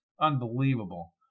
Unbelievable